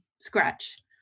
scratch